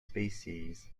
species